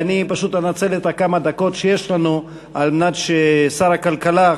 אני פשוט אנצל את הדקות שיש לנו על מנת ששר הכלכלה,